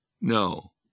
No